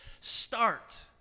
start